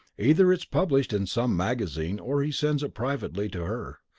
either it's published in some magazine or he sends it privately to her.